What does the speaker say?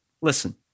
Listen